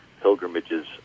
pilgrimages